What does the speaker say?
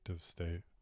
state